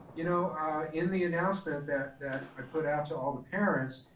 you know in the announcement that that i put out to all the parents,